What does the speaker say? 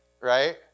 right